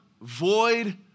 void